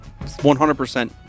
100%